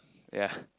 ya